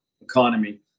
economy